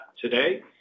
today